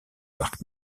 parc